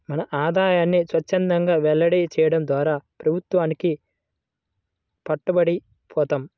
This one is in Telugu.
మన ఆదాయాన్ని స్వఛ్చందంగా వెల్లడి చేయడం ద్వారా ప్రభుత్వానికి పట్టుబడి పోతాం